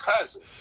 cousin